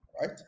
right